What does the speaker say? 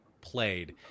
played